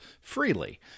freely